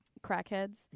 crackheads